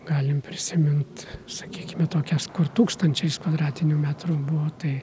galim prisimint sakykime tokias kur tūkstančiais kvadratinių metrų buvo tai